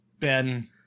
Ben